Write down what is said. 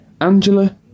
Angela